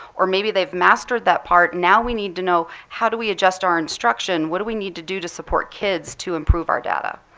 or maybe they've mastered that part and now we need to know, how do we adjust our instruction? what do we need to do to support kids to improve our data?